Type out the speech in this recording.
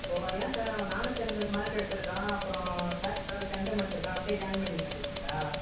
ஓ ஏன் சார் அவன் நானூற்றி எண்பது மார்க் எடுத்துருக்கான் அப்புறோம் மேக்ஸில் வேறு செண்டம் எடுத்துருக்கான் அப்படியே ஜாயின் பண்ணிக்க மாட்டிங்களா